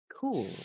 cool